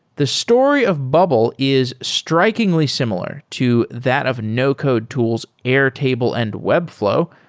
the story of bubble is strikingly similar to that of no code tools, airtable and webflow,